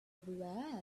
everywhere